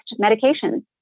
medications